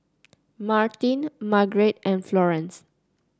Martin Margarete and Florance